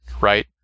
right